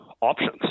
options